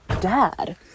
dad